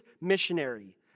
missionary